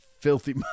Filthy